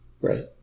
Right